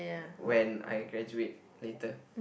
when I graduate later